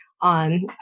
on